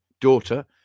daughter